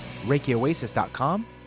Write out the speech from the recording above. ReikiOasis.com